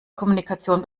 kommunikation